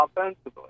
offensively